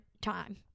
time